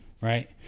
right